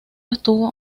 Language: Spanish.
estuvo